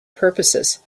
purposes